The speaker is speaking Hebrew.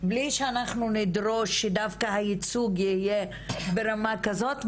בלי שאנחנו נדרוש שדווקא הייצוג יהיה ברמה כזאת,